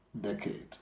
Decade